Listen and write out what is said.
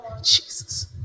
Jesus